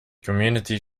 community